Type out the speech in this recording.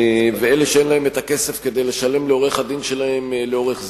ואלה שאין להם הכסף כדי לשלם לעורך-הדין שלהם לאורך זמן.